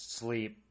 sleep